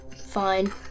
Fine